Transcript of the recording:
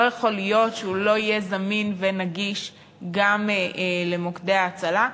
לא יכול להיות שהוא לא יהיה זמין ונגיש גם למוקדי ההצלה.